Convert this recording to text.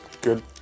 good